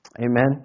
Amen